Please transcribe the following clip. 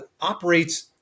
operates